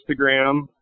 Instagram